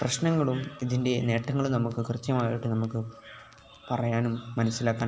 പ്രശ്നങ്ങളും ഇതിൻ്റെ നേട്ടങ്ങളും നമുക്ക് കൃത്യമായിട്ട് നമുക്ക് പറയാനും മനസ്സിലാക്കാനും